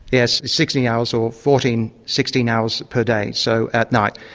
yes sixteen hours or fourteen, sixteen hours per day, so at night.